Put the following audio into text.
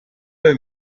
also